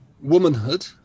womanhood